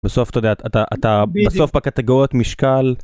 בסוף אתה יודע, אתה בסוף בקטגוריות משקל...